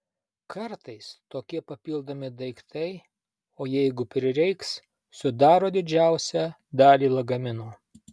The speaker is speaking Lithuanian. kartais tokie papildomi daiktai o jeigu prireiks sudaro didžiausią dalį lagamino